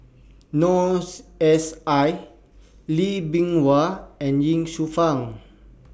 Noor S I Lee Bee Wah and Ye Shufang